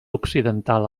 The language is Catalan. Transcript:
occidental